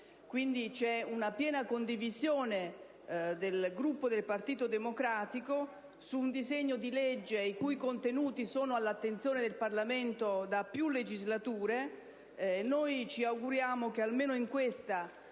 Quindi, vi è una piena condivisione del Gruppo del Partito Democratico su un disegno di legge i cui contenuti sono all'attenzione del Parlamento da più legislature. Ci auguriamo vivamente che almeno in questo